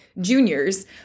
juniors